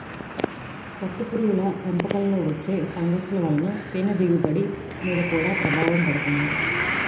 పట్టుపురుగుల పెంపకంలో వచ్చే ఫంగస్ల వలన తేనె దిగుబడి మీద గూడా ప్రభావం పడుతుంది